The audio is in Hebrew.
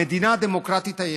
המדינה הדמוקרטית היחידה,